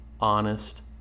honest